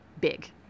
big